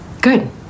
Good